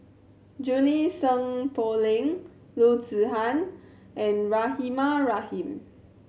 Junie Sng Poh Leng Loo Zihan and Rahimah Rahim